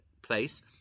Place